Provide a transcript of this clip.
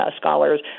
scholars